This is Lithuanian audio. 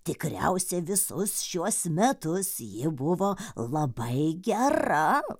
tikriausiai visus šiuos metus ji buvo labai gera